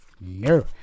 No